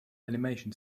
animation